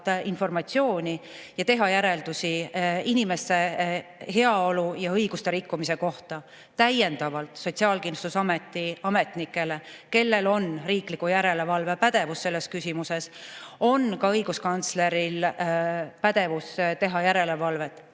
informatsiooni ning teha järeldusi inimese heaolu ja õiguste rikkumise kohta. Peale Sotsiaalkindlustusameti ametnike, kellel on riikliku järelevalve pädevus selles küsimuses, on ka õiguskantsleril pädevus teha järelevalvet.